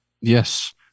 Yes